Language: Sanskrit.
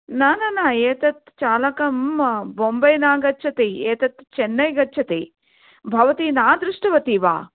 न न न एतत् चालकं बोम्बै न गच्छति एतत् चन्नै गच्छति भवती न दृष्टवती वा